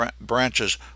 branches